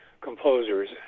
composers